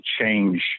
change